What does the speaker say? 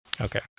Okay